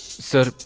sir?